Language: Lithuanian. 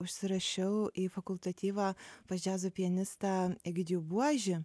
užsirašiau į fakultatyvą pas džiazo pianistą egidijų buožį